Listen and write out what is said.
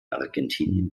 argentinien